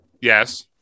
Yes